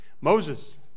Moses